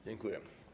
Dziękuję.